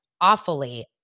awfully